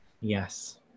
Yes